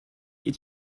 est